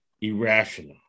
irrational